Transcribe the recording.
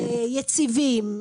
יציבים,